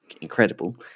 incredible